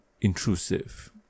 intrusive